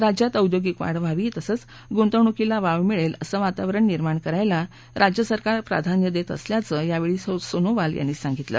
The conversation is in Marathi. राज्यात औद्यागिक वाढ व्हावी तसंच गुंतवणुकीला वाव मिळेल असं वातावरण निर्माण करायला राज्यसरकार प्राधान्य देत असल्याचं यावेळी सोनोवाल यांनी सांगितलं